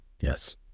Yes